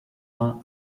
ans